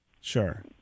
sure